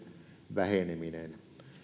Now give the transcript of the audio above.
väheneminen